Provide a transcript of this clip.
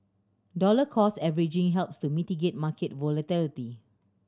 dollar cost averaging helps to mitigate market volatility